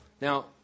Now